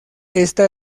esta